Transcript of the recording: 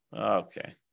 Okay